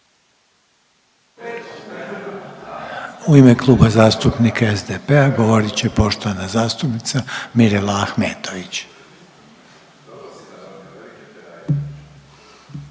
U ime Kluba zastupnika SDP-a govorit će poštovana zastupnica Mirela Ahmetović.